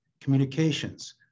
communications